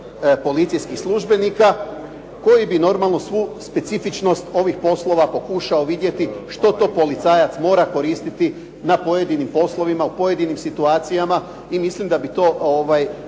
policijskih službenika, koji bi normalno svu specifičnost ovih poslova pokušao vidjeti što to policajac mora koristiti na pojedinim poslovima u pojedinim situacijama i mislim da bi to pojedine